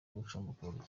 gucukumbura